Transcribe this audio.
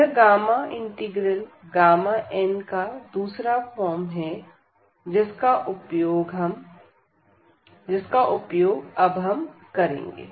यह gamma integral n का दूसरा फॉर्म है जिसका उपयोग अब हम करेंगे